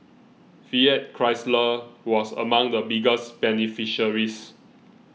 Fiat Chrysler was among the biggest beneficiaries